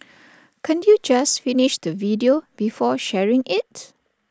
can't you just finish the video before sharing IT